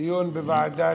דיון אצל גפני.